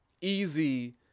easy